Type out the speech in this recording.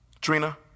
Trina